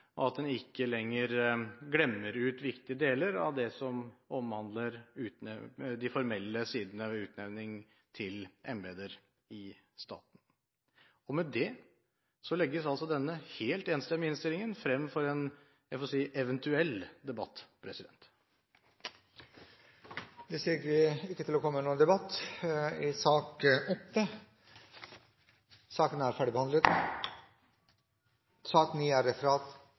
og at en ikke lenger glemmer viktige deler av de formelle sidene ved utnevning til embeter i staten. Med det legges denne helt enstemmige innstillingen frem for en, jeg får si, eventuell debatt. Flere har ikke bedt om ordet. Vi går til votering over sakene på dagens kart. Det foreligger ikke noe referat. Dermed er dagens kart ferdigbehandlet. Forlanger noen ordet før møtet heves? – Møtet er